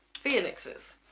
phoenixes